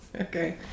Okay